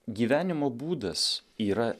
gyvenimo būdas yra